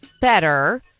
better